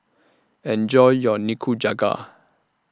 Enjoy your Nikujaga